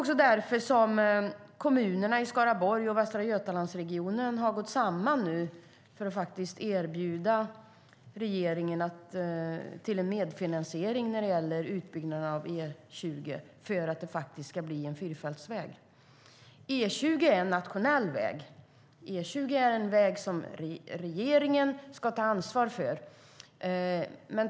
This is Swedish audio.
Kommunerna i Skaraborg och Västra Götalandsregionen har nu gått samman och erbjudit regeringen medfinansiering av utbyggnaden av E20 för att det ska bli en fyrfältsväg.